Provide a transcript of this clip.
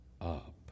up